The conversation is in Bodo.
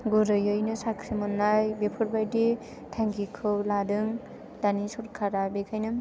गुरैयैनो साख्रि मोननाय बेफोरबायदि थांखिखौ लादों दानि सरखारा बेनिखायनो